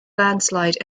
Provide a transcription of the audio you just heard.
landslide